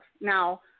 Now